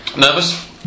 Nervous